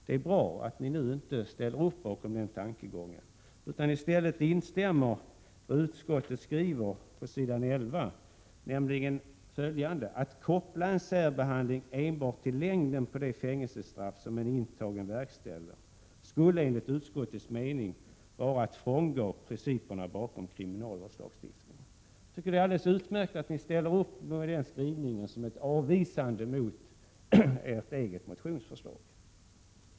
Det är bra att ni inte följer upp den tankegången utan i stället instämmer i vad utskottet skriver på s. 11, nämligen följande: ”Att koppla en särbehandling enbart till längden på det fängelsestraff som en intagen verkställer skulle enligt utskottets mening vara att frångå principerna bakom kriminalvårdslagstiftningen.” Det är alldeles utmärkt att ni moderater ställer er bakom den skrivningen som avvisar ert eget motionsförslag.